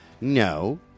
No